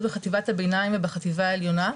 בחטיבת הביניים ובחטיבה העליונה,